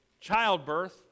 childbirth